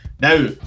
Now